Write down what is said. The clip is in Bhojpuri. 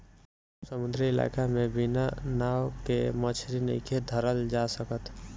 समुंद्री इलाका में बिना नाव के मछली नइखे धरल जा सकत